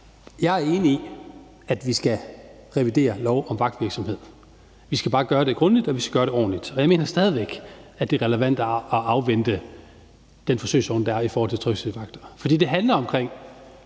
Jeg er enig i, at vi skal revidere lov om vagtvirksomhed. Vi skal bare gøre det grundigt, og vi skal gøre det ordentligt. Jeg mener stadig væk, at det er relevant at afvente den forsøgsordning, der er i forhold til tryghedsvagter, for det handler om,